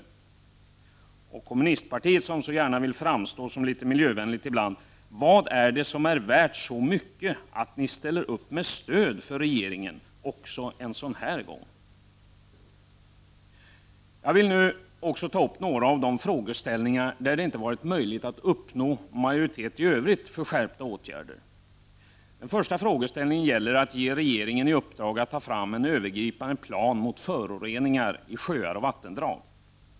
Till er i kommunistpartiet, som så gärna vill framstå som litet miljövänligt ibland, vill jag ställa följande fråga: Vad är det som är värt så mycket att ni ställer upp med stöd för regeringen också denna gång? Jag vill nu ta upp några av de frågor där det inte har varit möjligt att i övrigt uppnå majoritet för skärpta åtgärder. Den första frågan gäller att ge regeringen i uppdrag att ta fram en övergripande plan mot föroreningar i sjöar och vattendrag.